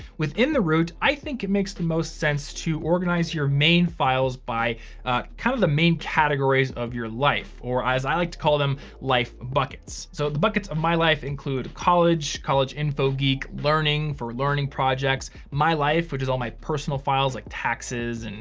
within the root, i think it makes the most sense to organize your main files by kind of the main categories of your life or as i like to call them life buckets. so the buckets of my life include college, college info geek, learning, for learning projects, my life, which is all my personal files, like taxes, and